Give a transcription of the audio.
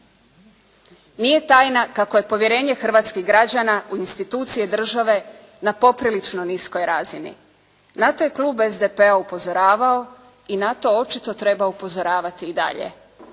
Nije tajna kako je povjerenje hrvatskih građana u institucije države na poprilično niskoj razini. Na to je klub SDP-a upozoravao i na to očito treba upozoravati i dalje.